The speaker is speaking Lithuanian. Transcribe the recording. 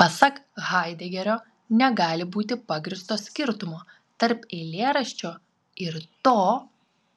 pasak haidegerio negali būti pagrįsto skirtumo tarp eilėraščio ir to